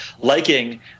liking